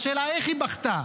השאלה: איך היא בכתה,